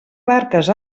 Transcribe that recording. barques